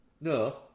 No